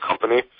company